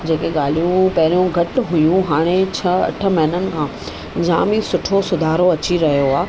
जेके ॻाल्हियूं पहिरियों घटि हुयूं हाणे छह अठ महीननि खां जाम ई सुठो सुधारो अची रहियो आहे